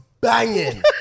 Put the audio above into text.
banging